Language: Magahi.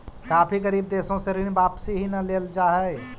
काफी गरीब देशों से ऋण वापिस ही न लेल जा हई